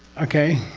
okay?